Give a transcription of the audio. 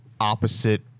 opposite